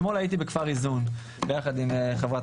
אתמול הייתי בכפר איזון ביחד עם חברת